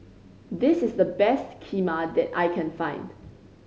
this is the best Kheema that I can find